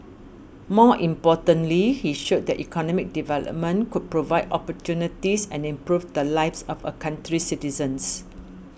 more importantly he showed that economic development could provide opportunities and improve the lives of a country's citizens